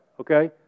okay